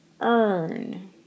earn